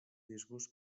disgust